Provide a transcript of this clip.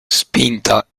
spinta